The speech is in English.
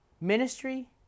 Ministry